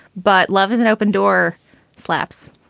but love is an open door slaps